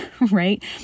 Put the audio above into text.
Right